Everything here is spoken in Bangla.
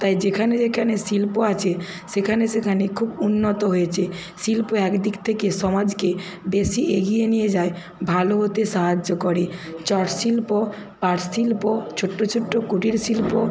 তাই যেখানে যেখানে শিল্প আছে সেখানে সেখানে খুব উন্নত হয়েছে শিল্প এক দিক থেকে সমাজকে বেশি এগিয়ে নিয়ে যায় ভালো হতে সাহায্য করে চট শিল্প পাট শিল্প ছোট্টো ছোট্টো কুটির শিল্প